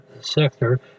sector